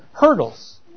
hurdles